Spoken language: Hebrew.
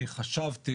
אני חשבתי,